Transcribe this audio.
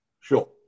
Sure